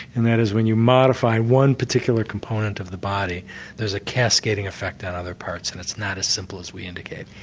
and that is when you modify one particular component of the body there's a cascading effect on other parts and it's not as simple as we indicate.